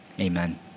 amen